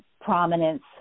prominence